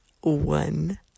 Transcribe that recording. one